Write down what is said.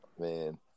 Man